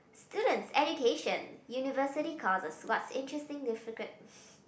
students education university courses what's interesting difficult